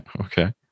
Okay